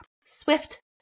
Swift